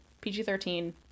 pg-13